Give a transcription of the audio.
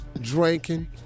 drinking